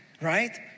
Right